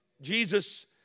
Jesus